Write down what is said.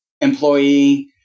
employee